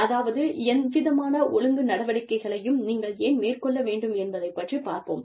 அதாவது எவ்விதமான ஒழுங்கு நடவடிக்கைகளையும் நீங்கள் ஏன் மேற்கொள்ள வேண்டும் என்பதைப் பற்றிப் பார்ப்போம்